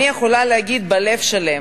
אני יכולה להגיד בלב שלם